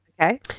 Okay